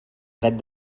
dret